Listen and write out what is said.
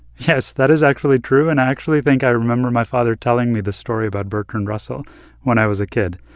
yes, that is actually true. and i actually think i remember my father telling me the story about bertrand russell when i was a kid.